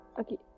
Okay